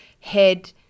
head